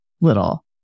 little